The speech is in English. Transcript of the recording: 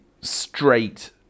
straight